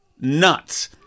nuts